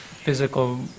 physical